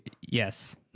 yes